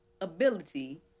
ability